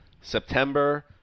September